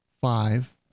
five